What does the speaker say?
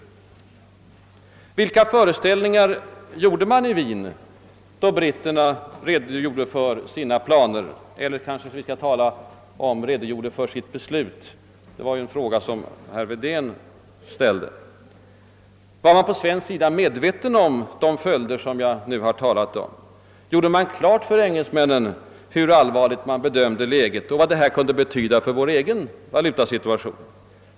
Vilka föreställningar gjorde man i Vien då britterna redogjorde för sina planer eller, skall vi kanske hellre säga — herr Wedén var inne på den saken — redogjorde för sitt beslut? Var man på svensk sida medveten om de följder jag nu talat om? Gjorde man klart för engelsmännen hur allvarligt man bedömde läget och vad det kunde betyda för vår valutareserv?